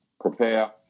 prepare